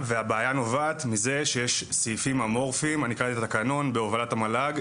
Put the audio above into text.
קראתי את התקנון בהובלת המל"ג,